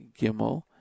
gimel